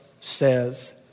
says